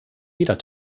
wieder